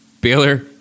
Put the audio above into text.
Baylor